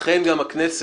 לכן גם הכנסת